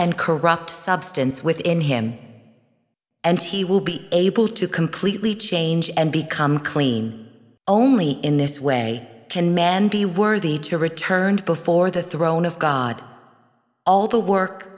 and corrupt substance within him and he will be able to completely change and become clean only in this way can men be worthy to return before the throne of god all the work